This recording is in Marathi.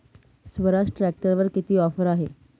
स्वराज ट्रॅक्टरवर किती ऑफर आहे?